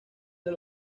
del